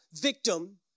victim